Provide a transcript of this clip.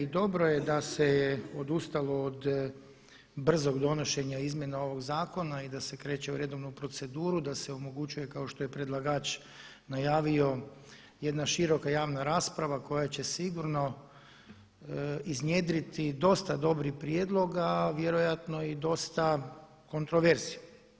Dobro je da se odustalo od brzog donošenja izmjena ovog zakona i da se kreće u redovnu proceduru, da se omogućuje kao što je predlagač najavio jedna široka javna rasprava koja će sigurno iznjedriti dosta dobrih prijedloga, a vjerojatno i dosta kontroverzi.